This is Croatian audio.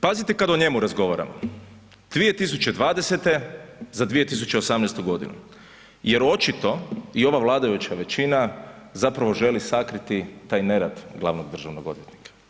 Pazite kad o njemu razgovaramo 2020. za 2018. godinu jer očito i ova vladajuća većina zapravo želi sakriti taj nerad glavnog državnog odvjetnika.